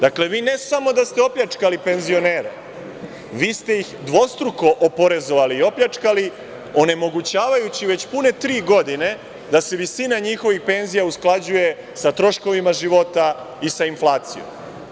Dakle, vi ne samo da ste opljačkali penzionere, vi ste ih dvostruko oporezovali i opljačkali, onemogućavajući već pune tri godine da se visina njihovih penzija usklađuje sa troškovima života i sa inflacijom.